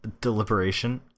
deliberation